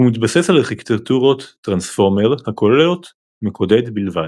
הוא מתבסס על ארכיטקטורת טרנספורמר הכוללת מקודד בלבד.